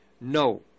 No